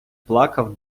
плакав